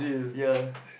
ya